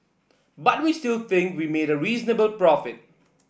but we still think we made a reasonable profit